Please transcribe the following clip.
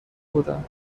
بودم